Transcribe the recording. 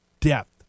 depth